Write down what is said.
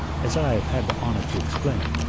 as i have had the honour to explain,